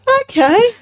okay